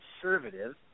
conservative